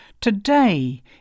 today